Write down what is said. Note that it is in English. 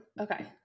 okay